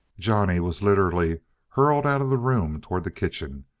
johnny was literally hurled out of the room toward the kitchen,